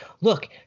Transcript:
look